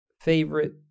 favorite